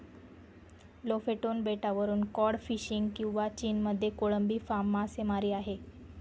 Lofoten बेटावरून cod fishing किंवा चीनमध्ये कोळंबी फार्म मासेमारी आहे